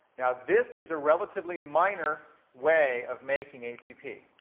now this is a relatively minor way of making atp.